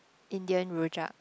Indian Rojak